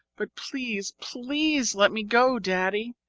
but please, please let me go, daddy.